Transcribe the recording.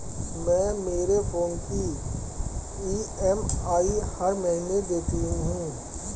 मैं मेरे फोन की ई.एम.आई हर महीने देती हूँ